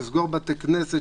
לסגור בתי כנסת,